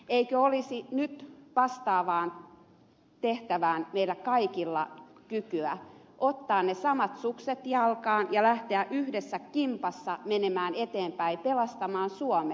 eikö olisi nyt vastaavaan tehtävään meillä kaikilla kykyä ottaa ne samat sukset jalkaan ja lähteä yhdessä kimpassa menemään eteenpäin pelastamaan suomea